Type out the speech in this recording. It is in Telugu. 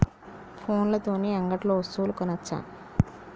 ఫోన్ల తోని అంగట్లో వస్తువులు కొనచ్చా?